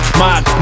mad